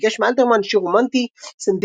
ביקש מאלתרמן שיר רומנטי-סנטימנטלי.